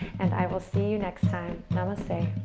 and i will see you next time. namaste.